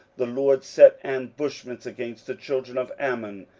the lord set ambushments against the children of ammon,